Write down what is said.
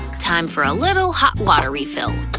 time for a little hot water refill.